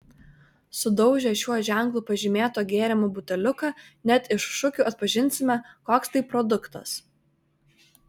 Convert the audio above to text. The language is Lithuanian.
sudaužę šiuo ženklu pažymėto gėrimo buteliuką net iš šukių atpažinsime koks tai produktas